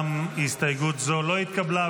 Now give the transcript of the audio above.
גם הסתייגות זו לא התקבלה,